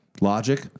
Logic